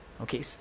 Okay